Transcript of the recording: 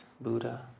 Buddha